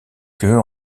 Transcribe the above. queue